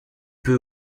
peu